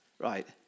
Right